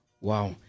wow